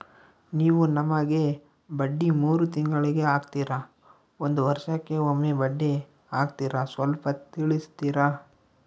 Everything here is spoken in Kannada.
ನೀವು ನಮಗೆ ಬಡ್ಡಿ ಮೂರು ತಿಂಗಳಿಗೆ ಹಾಕ್ತಿರಾ, ಒಂದ್ ವರ್ಷಕ್ಕೆ ಒಮ್ಮೆ ಬಡ್ಡಿ ಹಾಕ್ತಿರಾ ಸ್ವಲ್ಪ ತಿಳಿಸ್ತೀರ?